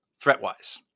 Threatwise